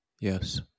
Yes